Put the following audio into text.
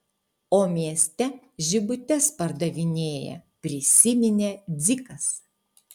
o mieste žibutes pardavinėja prisiminė dzikas